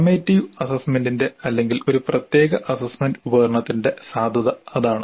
summative അസ്സസ്സ്മെന്റിന്റെ അല്ലെങ്കിൽ ഒരു പ്രത്യേക അസ്സസ്സ്മെന്റ് ഉപകരണത്തിന്റെ സാധുത അതാണ്